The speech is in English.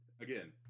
Again